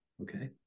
Okay